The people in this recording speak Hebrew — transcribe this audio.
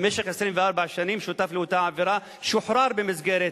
במשך 24 שנים, שותף לאותה עבירה, שוחרר במסגרת,